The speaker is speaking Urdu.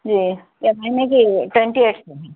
جی اس مہینے کی ٹوینٹی ایٹ سے